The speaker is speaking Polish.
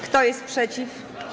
Kto jest przeciw?